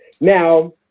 Now